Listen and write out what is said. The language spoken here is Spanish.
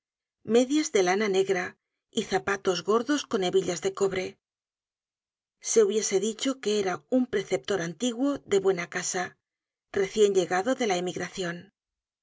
medias de lana negra y zapatos gordos con hebillas de cobre se hubiese dicho que era un preceptor antiguo de buena casa recien llegado de la